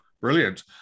Brilliant